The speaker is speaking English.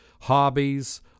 hobbies